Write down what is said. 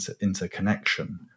interconnection